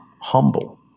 humble